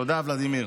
תודה, ולדימיר.